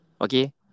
Okay